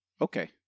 Okay